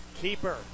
Keeper